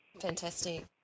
Fantastic